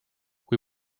kui